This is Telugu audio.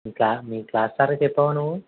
మీ క్లాస్ మీ క్లాస్ సార్కి చెప్పావా నువ్వు